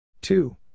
Two